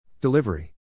Delivery